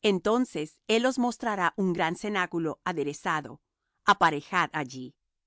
entonces él os mostrará un gran cenáculo aderezado aparejad allí